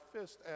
fist